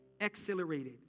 accelerated